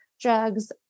drugs